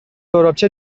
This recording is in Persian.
تربچه